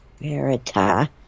Verita